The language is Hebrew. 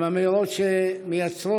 הן אמירות שמייצרות